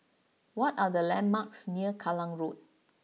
what are the landmarks near Kallang Road